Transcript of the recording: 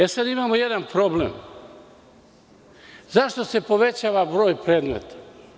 Imamo jedan problem – zašto se povećava broj predmeta?